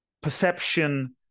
perception